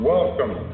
Welcome